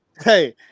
Hey